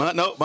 no